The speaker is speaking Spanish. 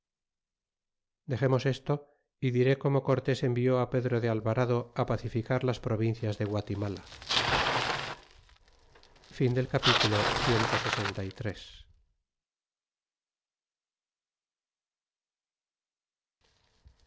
dexemos esto y diré como cortés envió pedro de alvarado pacificar las provincias de guatimala